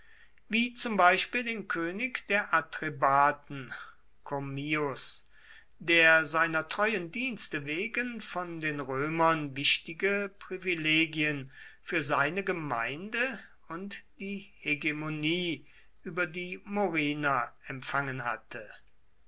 wie zum beispiel den könig der atrebaten commius der seiner treuen dienste wegen von den römern wichtige privilegien für seine gemeinde und die hegemonie über die moriner empfangen hatte